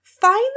find